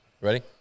Ready